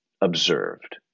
observed